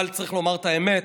אבל צריך לומר את האמת: